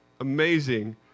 amazing